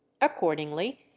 accordingly